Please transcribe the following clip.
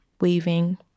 weaving